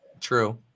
true